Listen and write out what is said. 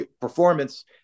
performance